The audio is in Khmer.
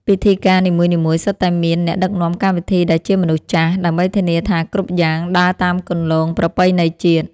ពិធីការនីមួយៗសុទ្ធតែមានអ្នកដឹកនាំកម្មវិធីដែលជាមនុស្សចាស់ ដើម្បីធានាថាគ្រប់យ៉ាងដើរតាមគន្លងប្រពៃណីជាតិ។